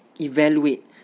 evaluate